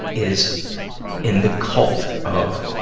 is in the cult of